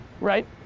right